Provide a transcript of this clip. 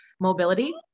mobility